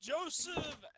Joseph